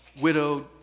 widowed